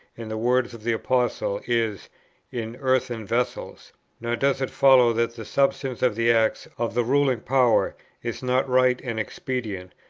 in the words of the apostle, is in earthen vessels nor does it follow that the substance of the acts of the ruling power is not right and expedient,